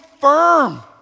firm